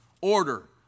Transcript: order